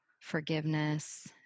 forgiveness